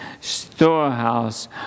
storehouse